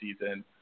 season